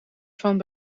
van